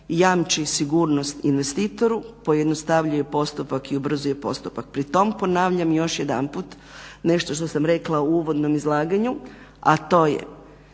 jamči sigurnost investitoru, pojednostavljuje postupak i ubrzuje postupak. Pri tom ponavljam još jedanput nešto što sam rekla u uvodnom izlaganju, a to je